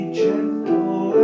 gentle